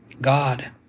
God